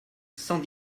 sans